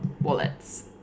wallets